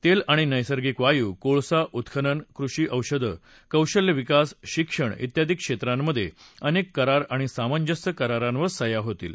तेल आणि नैसर्गिक वायू कोळसा उत्खनन कृषी औषधं कौशल्यविकास शिक्षण ित्यादी क्षेत्रांमधे अनेक करार आणि सामंजस्य करारावर सह्या होतील